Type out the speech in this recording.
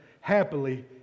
happily